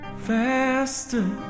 Faster